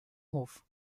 hof